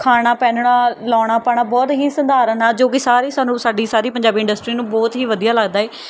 ਖਾਣਾ ਪਹਿਨਣਾ ਲਾਉਣਾ ਪਾਉਣਾ ਬਹੁਤ ਹੀ ਸਧਾਰਨ ਆ ਜੋ ਕਿ ਸਾਰੀ ਸਾਨੂੰ ਸਾਡੀ ਸਾਰੀ ਪੰਜਾਬੀ ਇੰਡਸਟਰੀ ਨੂੰ ਬਹੁਤ ਹੀ ਵਧੀਆ ਲੱਗਦਾ ਹੈ